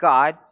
God